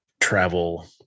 travel